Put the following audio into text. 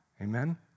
Amen